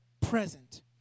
present